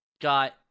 got